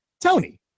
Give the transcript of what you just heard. Tony